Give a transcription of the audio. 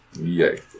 Yay